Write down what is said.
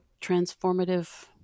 transformative